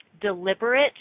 deliberate